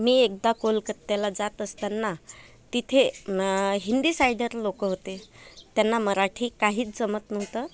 मी एकदा कोलकत्त्याला जात असताना तिथे हिंदी सायडर लोक होते त्यांना मराठी काहीच जमत नव्हतं